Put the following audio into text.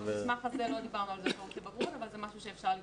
במסמך הזה לא דיברנו על זכאות לבגרות אבל זה משהו שאפשר לבדוק.